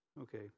Okay